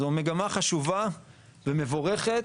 זו מגמה חשובה ומבורכת,